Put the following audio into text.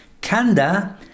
Kanda